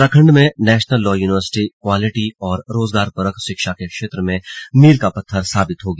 उत्तराखण्ड में national law university quality और रोजगारपरक शिक्षा के क्षेत्र में मील का पत्थर साबित होगी